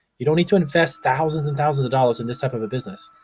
you don't need to invest thousands and thousands of dollars in this type of a business.